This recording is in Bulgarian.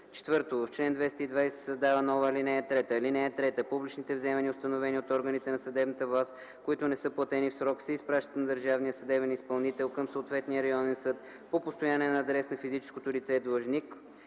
ал.4. 4. В чл. 220 се създава нова ал. 3 : „(3) Публичните вземания, установени от органите на съдебната власт, които не са платени в срок, се изпращат на държавния съдебен изпълнител към съответния районен съд по постоянен адрес на физическото лице длъжник